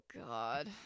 god